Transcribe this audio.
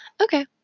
Okay